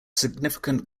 significant